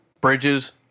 bridges